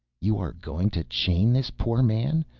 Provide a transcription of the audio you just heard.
you are going to chain this poor man,